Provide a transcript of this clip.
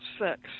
sex